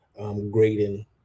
grading